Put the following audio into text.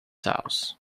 house